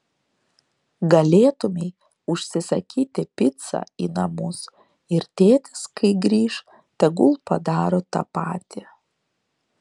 galėtumei užsisakyti picą į namus ir tėtis kai grįš tegul padaro tą patį